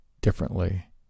differently